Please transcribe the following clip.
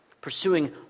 Pursuing